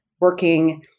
working